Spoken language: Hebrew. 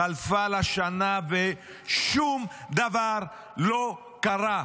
חלפה לה שנה ושום דבר לא קרה.